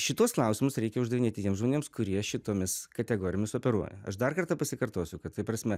šituos klausimus reikia uždavinėti tiems žmonėms kurie šitomis kategorijomis operuoja aš dar kartą pasikartosiu kad ta prasme